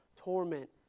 torment